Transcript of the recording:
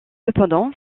cependant